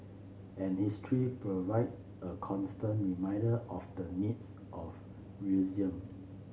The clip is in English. and history provide a constant reminder of the need for realism